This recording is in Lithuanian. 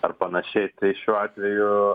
ar panašiai tai šiuo atveju